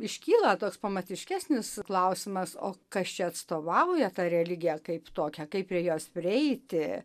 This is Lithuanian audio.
iškyla toks pamatiškesnis klausimas o kas čia atstovauja tą religiją kaip tokią kaip prie jos prieiti